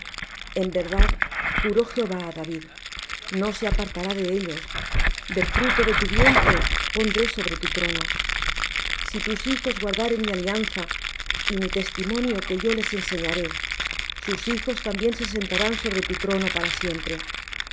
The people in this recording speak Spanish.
en verdad juró jehová á david no se apartará de ellos del fruto de tu vientre pondré sobre tu trono si tus hijos guardaren mi alianza y mi testimonio que yo les enseñaré sus hijos también se sentarán sobre tu trono para siempre